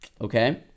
okay